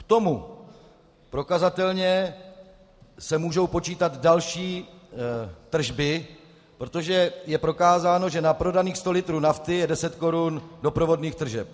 K tomu prokazatelně se můžou počítat další tržby, protože je prokázáno, že na prodaných sto litrů nafty je deset korun doprovodných tržeb.